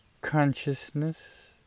Consciousness